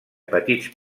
petits